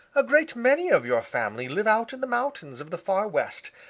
a great many of your family live out in the mountains of the far west,